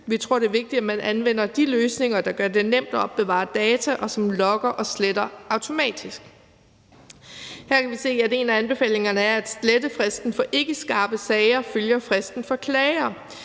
Vi tror, det er vigtigt, man anvender de løsninger, der gør det nemt at opbevare data, og som logger og sletter automatisk. Her kan vi se, at en af anbefalingerne er, at slettefristen for ikkeskarpe sager følger fristen for klager.